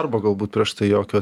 arba galbūt prieš tai jokio